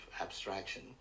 abstraction